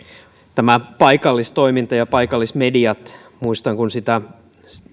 paikallistoiminta ja paikallismediat muistan kun